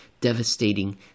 devastating